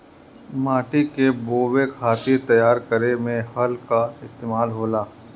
माटी के बोवे खातिर तैयार करे में हल कअ इस्तेमाल होला